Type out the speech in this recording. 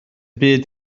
byd